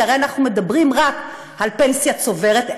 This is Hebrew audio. כי הרי אנחנו מדברים רק על פנסיה צוברת,